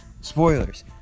spoilers